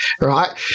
right